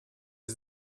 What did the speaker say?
die